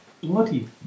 bloody